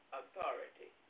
authority